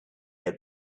had